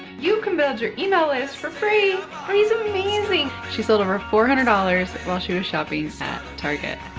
you can build your email list for free, free is amazing. she sold over four hundred dollars while she was shopping at target.